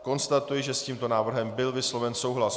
Konstatuji, že s tímto návrhem byl vysloven souhlas.